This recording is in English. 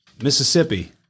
Mississippi